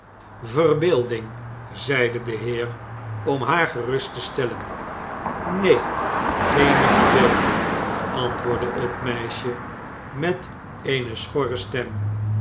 verbeelding zeide de heer om haar gerust te stellen neen geene verbeelding antwoordde het meisje met eene schorre stem